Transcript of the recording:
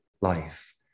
life